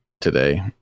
today